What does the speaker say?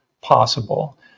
possible